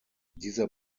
dieser